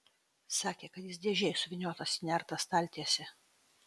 sakė kad jis dėžėj suvyniotas į nertą staltiesę